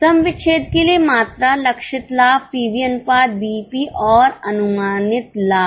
सम विच्छेद के लिए मात्रा लक्षित लाभ पीवी अनुपात बीईपी और अनुमानित लाभ